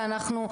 ואנחנו,